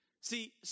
See